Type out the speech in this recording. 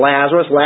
Lazarus